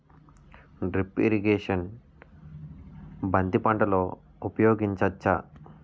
Drip irrigation బంతి పంటలో ఊపయోగించచ్చ?